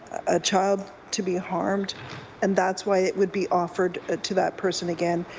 a child to be harmed and that's why it would be offered ah to that person again.